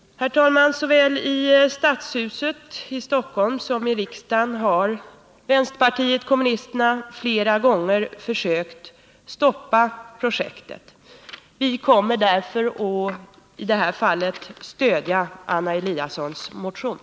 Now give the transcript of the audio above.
Såväl i stadshuset i Stockholm som i riksdagen har vänsterpartiet kommunisterna flera gånger försökt stoppa projektet. Vi kommer därför att i det här fallet stödja Anna Eliassons motion.